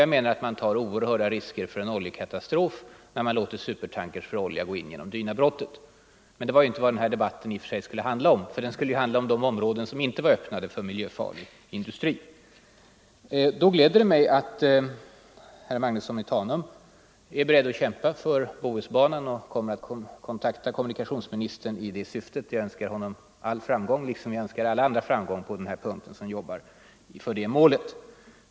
Jag anser också att man tar oerhörda risker för en väldig oljekatastrof när man låter supertanker för olja gå in genom Dynabrottet. Men det var i och för sig inte detta som den här debatten skulle handla om, utan om de områden som inte öppnats för miljöfarlig industri. Det gläder mig att herr Magnusson i Tanum är beredd att kämpa för Bohusbanan, och att han kommer att kontakta kommunikationsministern i det syftet. Jag önskar honom all framgång, liksom jag önskar alla andra framgång som jobbar för det målet.